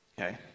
Okay